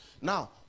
Now